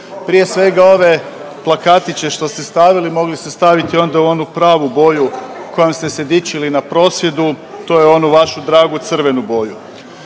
prije svega ove plakati će što ste stavili mogli ste staviti onda u onu pravu boju kojom ste se dičili na prosvjedu, to je onu vašu dragu crvenu boju.